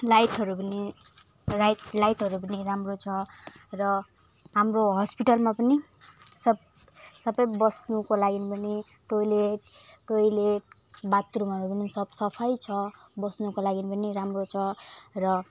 लाइटहरू पनि लाइट लाइटहरू पनि राम्रो छ र हाम्रो हस्पिटलमा पनि सब सबै बस्नुको लागि पनि टोइलेट टोइलेट बाथरुमहरू पनि सब सफाइ छ बस्नुको लागि पनि राम्रो छ र